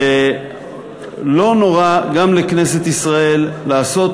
ולא נורא גם לכנסת ישראל לעשות,